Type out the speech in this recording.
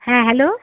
হ্যাঁ হ্যালো